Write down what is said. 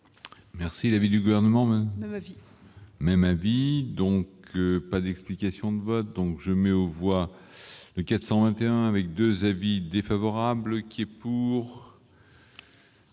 est l'avis du Gouvernement ? Même avis.